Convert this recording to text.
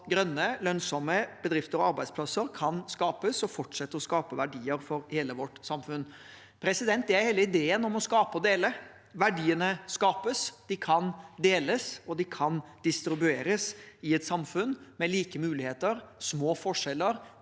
grønne, lønnsomme bedrifter og arbeidsplasser kan skapes, og at de fortsetter å skape verdier for hele vårt samfunn. Det er hele ideen om å skape og dele: Verdiene skapes, de kan deles, og de kan distribueres i et samfunn med like muligheter, små forskjeller